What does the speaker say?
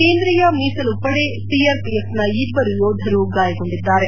ಕೇಂದ್ರೀಯ ಮೀಸಲು ಪಡೆ ಸಿಆರ್ಪಿಎಫ್ನ ಇಬ್ಬರು ಯೋಧರು ಗಾಯಗೊಂಡಿದ್ದಾರೆ